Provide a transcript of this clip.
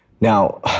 Now